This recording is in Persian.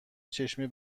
چشمی